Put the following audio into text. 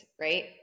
right